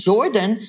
Jordan